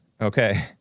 Okay